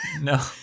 No